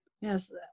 yes